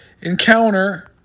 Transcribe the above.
encounter